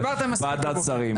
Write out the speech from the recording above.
שלום, בבקשה.